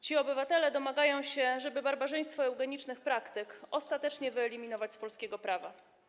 Ci obywatele domagają się, żeby barbarzyństwo eugenicznych praktyk ostatecznie wyeliminować z polskiego prawa.